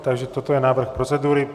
Takže toto je návrh procedury.